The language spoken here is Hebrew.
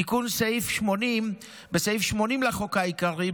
תיקון סעיף 80: "בסעיף (80)(א) לחוק העיקרי,